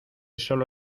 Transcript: solo